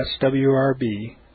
swrb